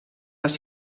les